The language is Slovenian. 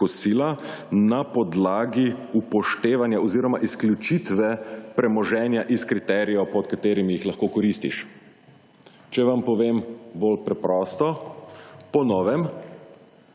upoštevanja oziroma izključitve premoženja iz kriterijev pod katerimi jih lahko koristiš. Če vam povem bolj preprosto, po novem